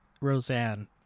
Roseanne